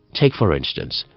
take for instance,